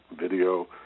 video